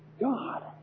God